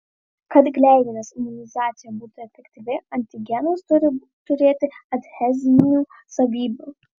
kad gleivinės imunizacija būtų efektyvi antigenas turi turėti adhezinių savybių